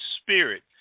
spirit